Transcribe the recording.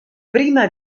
prima